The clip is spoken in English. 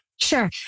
Sure